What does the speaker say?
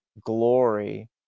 glory